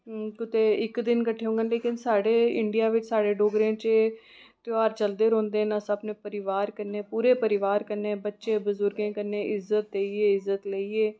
कुतै इक दिन कट्ठे होङन लेकिन साढ़े इंड़िया च डोगरे च त्यौहार चलदे रौंह्दे न सब अपने परिवार कन्नै पूरे परिवार कन्नै बच्चें बज़ूर्गें कन्नै इज्जत देइयै इज्जत लेइयै